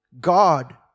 God